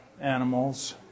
animals